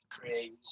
Create